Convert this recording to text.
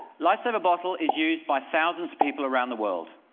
lifesaver bottle is used by thousands of people around the world.